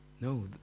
No